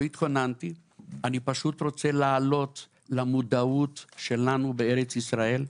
אני פשוט רוצה להעלות למודעות שלנו בארץ ישראל.